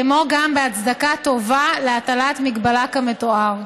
כמו גם בהצדקה טובה, להטלת הגבלה כמתואר.